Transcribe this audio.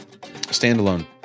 standalone